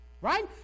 Right